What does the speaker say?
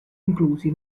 inclusi